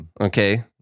Okay